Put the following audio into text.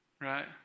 right